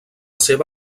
seva